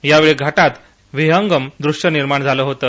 त्यावेळी घाटात विहंगम द्रश्य निर्माण झालं होतं